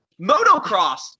Motocross